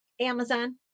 Amazon